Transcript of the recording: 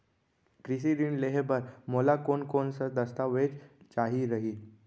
कृषि ऋण लेहे बर मोला कोन कोन स दस्तावेज चाही रही?